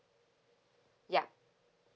yup